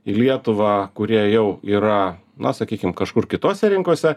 į lietuvą kurie jau yra na sakykim kažkur kitose rinkose